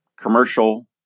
commercial